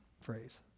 phrase